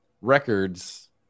records